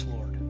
Lord